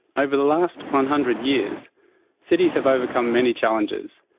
over the last one hundred years cities have overcome many challenges,